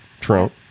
Trump